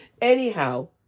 Anyhow